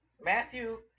Matthew